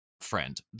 friend